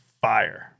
fire